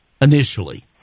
initially